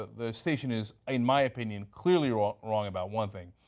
ah station is in my opinion clearly wrong wrong about one thing.